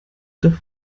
doch